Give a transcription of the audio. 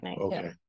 Okay